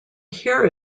here